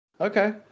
Okay